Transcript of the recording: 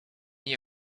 nie